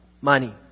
money